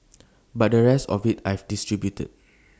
but the rest of IT I've distributed